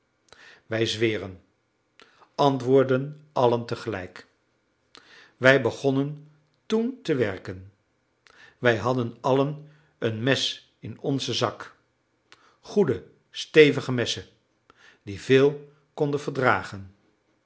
wij zweren antwoordden allen tegelijk wij begonnen toen te werken wij hadden allen een mes in onzen zak goede stevige messen die veel konden verdragen